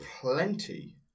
plenty